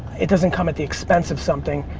it doesn't come at the expense of something,